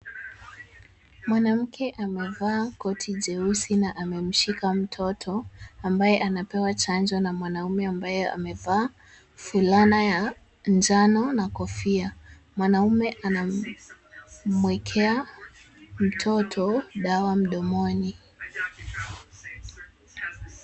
Mwanamke amevaa koti jeusi na amemshika mtoto, ambaye anapewa chanjo na mwanaume ambaye amevaa fulana ya njano na kofia. mwanaume anamuekea mtoto dawa mdomoni.